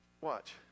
Watch